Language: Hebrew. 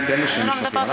תן לי שני משפטים,